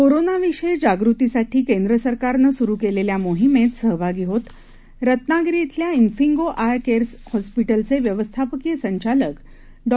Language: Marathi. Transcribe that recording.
कोरोनाविषयी जागृतीसाठी केंद्र सरकारनं सुरु केलेल्या मोहीमेत सहभागी होत रत्नागिरी इथल्या इंफिंगो आय केयर हॉस्पिटलचे व्यवस्थापकीय संचालक डॉ